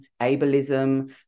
ableism